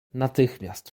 natychmiast